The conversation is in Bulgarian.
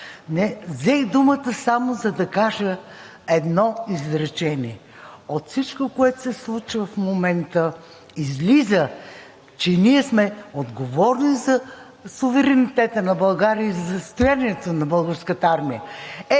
Взех думата само за да кажа едно изречение. От всичко, което се случва в момента, излиза, че ние сме отговорни за суверенитета на България и за състоянието на Българската армия.